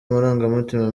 amarangamutima